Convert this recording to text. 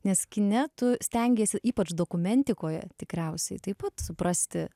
nes kine tu stengiesi ypač dokumentikoje tikriausiai taip pat suprasti